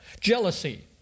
Jealousy